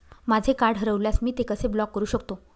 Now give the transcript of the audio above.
माझे कार्ड हरवल्यास मी ते कसे ब्लॉक करु शकतो?